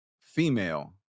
female